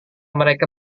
mereka